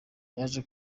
yaje